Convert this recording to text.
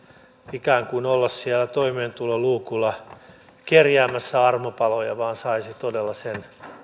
ikään kuin olla siellä toimeentuloluukulla kerjäämässä armopaloja vaan saisi todella sen